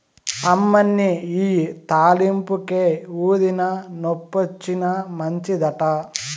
అమ్మనీ ఇయ్యి తాలింపుకే, ఊదినా, నొప్పొచ్చినా మంచిదట